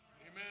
Amen